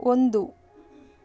ಒಂದು